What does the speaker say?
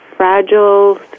Fragile